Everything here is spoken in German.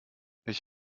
ich